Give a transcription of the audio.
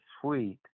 suite